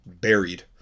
buried